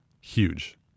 huge